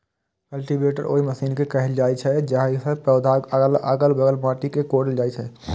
cultivator ओहि machine कें कहल जाइ छै, जाहि सं पौधाक अलग बगल माटि कें कोड़ल जाइ छै